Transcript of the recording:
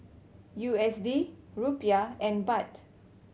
U S D Rupiah and Baht